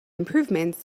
improvements